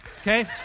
okay